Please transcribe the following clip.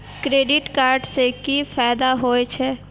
Credit card से कि फायदा होय छे?